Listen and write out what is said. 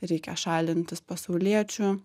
reikia šalintis pasauliečių